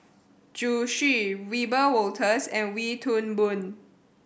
Zhu Xu Wiebe Wolters and Wee Toon Boon